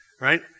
Right